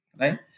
right